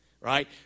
right